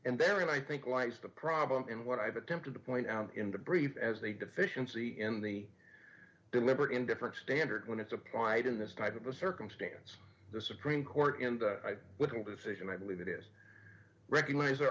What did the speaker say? and therein i think lies the problem and what i've attempted to point out in the brief as they deficiency in the deliberate indifference standard when it's applied in this type of a circumstance the supreme court and i wouldn't decision i believe it is recognize there